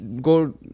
Go